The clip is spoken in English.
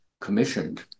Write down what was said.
commissioned